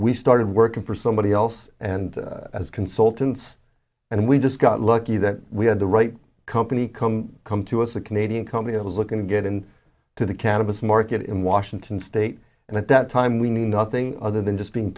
we started working for somebody else and as consultants and we just got lucky that we had the right company come come to us a canadian company that was looking to get in to the cannabis market in washington state and at that time we knew nothing other than just being